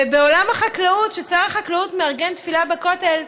ובעולם החקלאות, שר החקלאות מארגן תפילה בכותל,